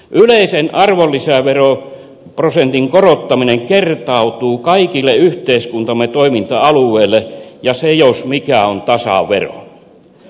yleisen arvonlisäveroprosentin korottaminen kertautuu kaikille yhteiskuntamme toiminta alueille ja se jos mikä on tasavero